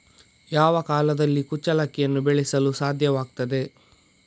ಯಾವ ಕಾಲದಲ್ಲಿ ಕುಚ್ಚಲಕ್ಕಿಯನ್ನು ಬೆಳೆಸಲು ಸಾಧ್ಯವಾಗ್ತದೆ?